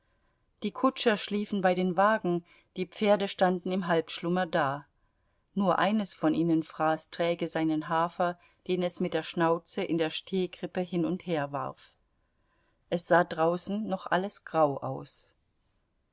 die kutscher schliefen bei den wagen die pferde standen im halbschlummer da nur eines von ihnen fraß träge seinen hafer den es mit der schnauze in der stehkrippe hin und her warf es sah draußen noch alles grau aus